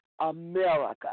America